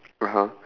(uh huh)